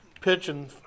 pitching